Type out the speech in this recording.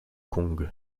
kong